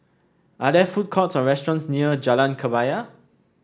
are there food courts or restaurants near Jalan Kebaya